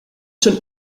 schon